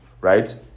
right